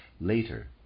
later